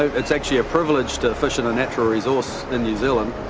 it's actually a privilege to fish in a natural resource in new zealand.